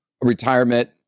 retirement